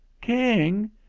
king